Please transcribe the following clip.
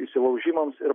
įsilaužimams ir